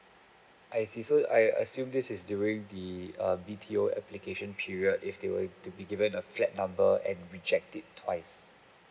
I see so I assume this is during the err B_T_O application period if they were to be given a flat number and reject it twice